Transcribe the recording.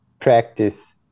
practice